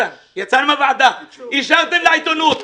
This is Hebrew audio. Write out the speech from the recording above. אישרתם לעיתונות.